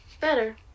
Better